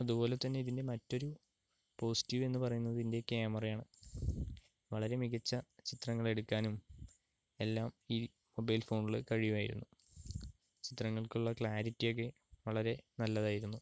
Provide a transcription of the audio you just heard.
അതുപോലെതന്നെ ഇതിൻ്റെ മറ്റൊരു പോസ്റ്റീവ് എന്ന് പറയുന്നത് ഇതിൻ്റെ ക്യാമറയാണ് വളരെ മികച്ച ചിത്രങ്ങൾ എടുക്കാനും എല്ലാം ഈ മൊബൈൽ ഫോണില് കഴിയുമായിരുന്നു ചിത്രങ്ങൾക്കുള്ള ക്ലാരിറ്റിയൊക്കെ വളരെ നല്ലതായിരുന്നു